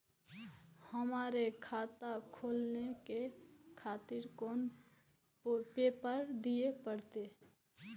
हमरो खाता खोले के खातिर कोन पेपर दीये परतें?